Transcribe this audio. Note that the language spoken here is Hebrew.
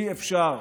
אי-אפשר,